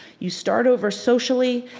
you start over socially,